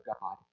God